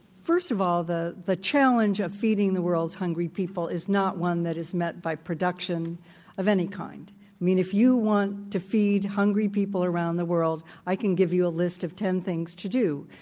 first of all, the the challenge of feeding the world's hungry people is not one that is met by production of any kind. i mean, if you want to feed hungry people around the world, i can give you a list of ten things to do.